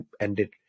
ended